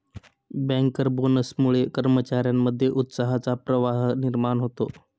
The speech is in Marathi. बँकर बोनसमुळे कर्मचार्यांमध्ये उत्साहाचा प्रवाह निर्माण होतो